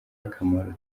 akamaro